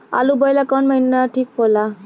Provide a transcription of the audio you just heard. आलू बोए ला कवन महीना ठीक हो ला?